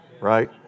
right